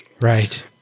Right